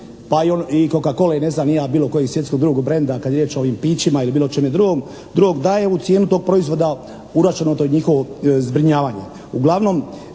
pa i Coca-cole, ne znam ni je bilo kojeg svjetskog drugog brenda kad je riječ o ovim pićima ili bilo čime drugom, da je u cijenu tog proizvoda uračunato i njihovo zbrinjavanje.